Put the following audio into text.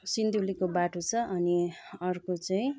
सिन्धुलीको बाटो छ अनि अर्को चाहिँ